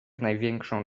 największą